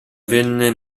venne